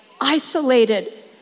isolated